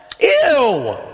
Ew